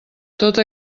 tota